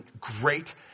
great